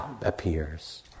appears